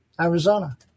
Arizona